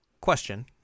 Question